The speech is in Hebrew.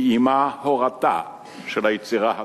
היא אמה הורתה של היצירה הזאת,